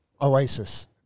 oasis